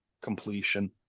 Completion